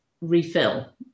refill